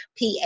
PA